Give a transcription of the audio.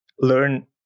learn